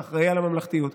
האחראי על הממלכתיות.